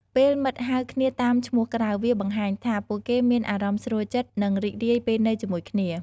ពេលមិត្តហៅគ្នាតាមឈ្មោះក្រៅ វាបង្ហាញថាពួកគេមានអារម្មណ៍ស្រួលចិត្ត និងរីករាយពេលនៅជាមួយគ្នា។